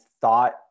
thought